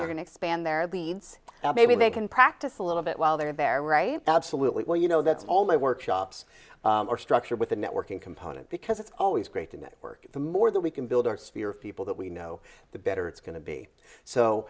are going to expand their leads maybe they can practice a little bit while they're there were a absolutely well you know that's all my workshops are structured with the networking component because it's always great to network the more that we can build our sphere of people that we know the better it's going to be so